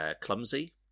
clumsy